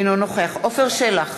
אינו נוכח עפר שלח,